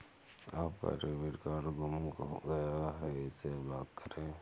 आपका debit card गुम हो गया है इसे ब्लॉक करें